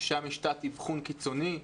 ששם יש תת-אבחון קיצוני,